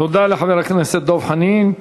תודה לחבר הכנסת דב חנין.